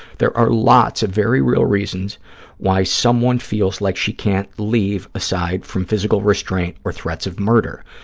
there are lots of very real reasons why someone feels like she can't leave aside from physical restraint or threats of murder.